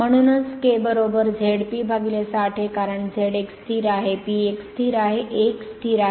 म्हणून k ZP 60 A कारण Z एक स्थिर आहे P एक स्थिर आहे A एक स्थिर आहे